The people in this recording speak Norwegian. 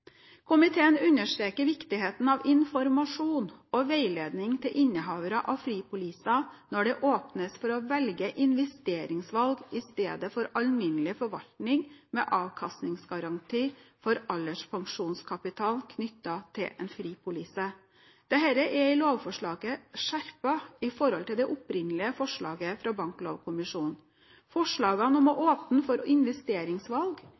Komiteen understreker viktigheten av informasjon og veiledning til innehavere av fripoliser når det åpnes for å velge investeringsvalg i stedet for alminnelig forvaltning med avkastningsgaranti for alderspensjonskapitalen knyttet til en fripolise. Dette er i lovforslaget skjerpet i forhold til det opprinnelige forslaget fra Banklovkommisjonen. Forslagene om å åpne for investeringsvalg vil bidra til å